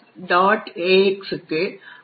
ax க்கு அழைப்பு இருப்பதை நீங்கள் காண்கிறீர்கள்